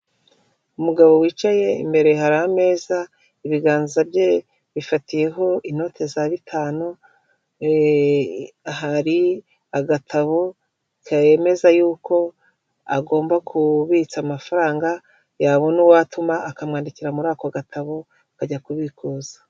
Umugabo wicaye imbere hari ameza ibiganza bye bifatiyeho inote za bitanu, hari agatabo karemeza yuko agomba kubitsa amafaranga yabona uwo atuma, akamwandikira muri ako gatabo akajya kubikuza.